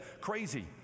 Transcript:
Crazy